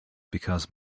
because